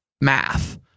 math